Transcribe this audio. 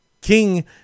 King